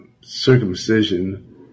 circumcision